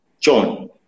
john